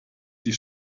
die